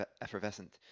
effervescent